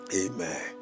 Amen